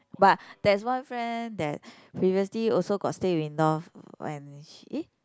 but there's one friend that previously also got stay with in law when she eh